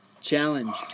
Challenge